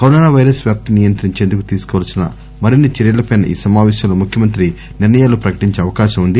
corona virus వ్యాప్తిని నియంత్రించేందుకు తీసుకోవల్సిన మరిన్ని చర్యలపై ఈ సమావేశంలో ముఖ్యమంత్రి నిర్ణయాలు ప్రకటించే అవకాశం వుంది